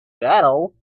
battle